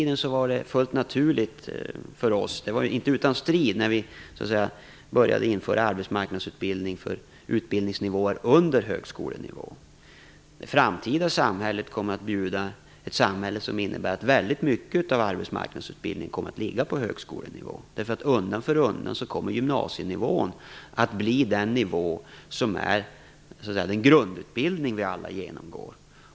Det var inte utan strid som vi en gång införde arbetsmarknadsutbildning på utbildningsnivåer under högskolenivån. Det framtida samhället kommer att vara ett samhälle där väldigt mycket av arbetsmarknadsutbildningen kommer att ligga på högskolenivå. Undan för undan kommer nämligen gymnasienivån att vara nivån för den grundutbildning som alla genomgår.